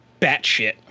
batshit